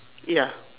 ya